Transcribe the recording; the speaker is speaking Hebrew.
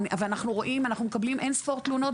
אנחנו מקבלים אינספור תלונות,